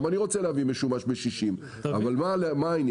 גם אני רוצה להביא משומש ב-60, אז מה העניין?